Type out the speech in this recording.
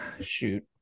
shoot